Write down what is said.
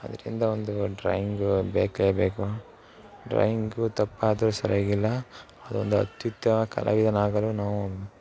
ಅದರಿಂದ ಒಂದು ಡ್ರಾಯಿಂಗು ಬೇಕೇ ಬೇಕು ಡ್ರಾಯಿಂಗು ತಪ್ಪಾದ್ರೂ ಸರಿಯಾಗಿಲ್ಲ ಅದೊಂದು ಅತ್ಯುತ್ತಮ ಕಲಾವಿದನಾಗಲು ನಾವು